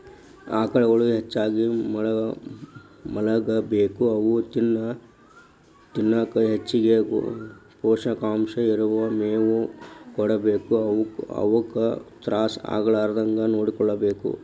ಆಕಳುಗಳು ಹೆಚ್ಚಾಗಿ ಮಲಗಬೇಕು ಅವು ತಿನ್ನಕ ಹೆಚ್ಚಗಿ ಪೋಷಕಾಂಶ ಇರೋ ಮೇವು ಕೊಡಬೇಕು ಅವುಕ ತ್ರಾಸ ಆಗಲಾರದಂಗ ನೋಡ್ಕೋಬೇಕು